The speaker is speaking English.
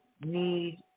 need